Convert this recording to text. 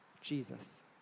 Jesus